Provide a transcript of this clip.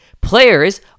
Players